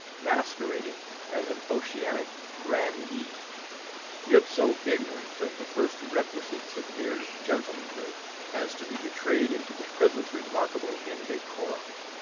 masquerading as an oceanic grandee yet so ignorant of the first requisites of mere gentlemanhood as to be betrayed into the present remarkable indecorum.